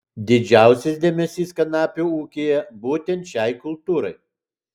didžiausias dėmesys kanapių ūkyje būtent šiai kultūrai